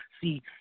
See